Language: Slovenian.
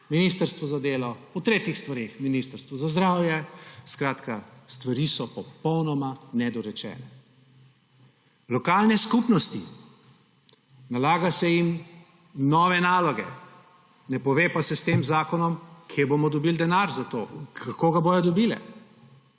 Ministrstvo za delo, o tretjih stvareh Ministrstvo za zdravje; skratka, stvari so popolnoma nedorečene. Lokalne skupnosti. Nalaga se jim nove naloge, ne pove pa se s tem zakonom, kje bomo dobili denar za to, kako ga bodo dobile,